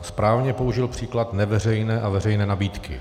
Správně použil příklad neveřejné a veřejné nabídky.